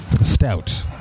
stout